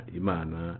imana